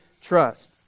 trust